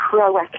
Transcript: proactive